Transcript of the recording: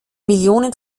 millionen